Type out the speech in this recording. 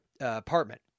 apartment